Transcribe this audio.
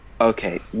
Okay